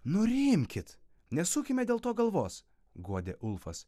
nurimkit nesukime dėl to galvos guodė ulfas